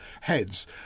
heads